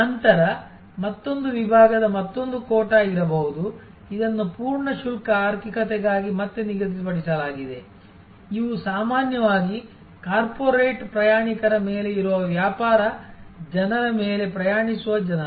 ನಂತರ ಮತ್ತೊಂದು ವಿಭಾಗದ ಮತ್ತೊಂದು ಕೋಟಾ ಇರಬಹುದು ಇದನ್ನು ಪೂರ್ಣ ಶುಲ್ಕ ಆರ್ಥಿಕತೆಗಾಗಿ ಮತ್ತೆ ನಿಗದಿಪಡಿಸಲಾಗಿದೆ ಇವು ಸಾಮಾನ್ಯವಾಗಿ ಕಾರ್ಪೊರೇಟ್ ಪ್ರಯಾಣಿಕರ ಮೇಲೆ ಇರುವ ವ್ಯಾಪಾರ ಜನರ ಮೇಲೆ ಪ್ರಯಾಣಿಸುವ ಜನರು